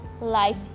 life